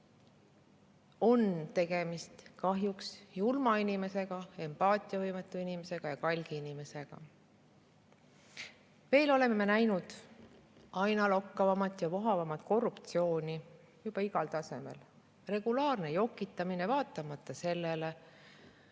on tegemist julma inimesega, empaatiavõimetu inimesega ja kalgi inimesega. Veel oleme me näinud aina lokkavamat ja vohavamat korruptsiooni, juba igal tasemel. Regulaarne jokitamine, vaatamata sellele,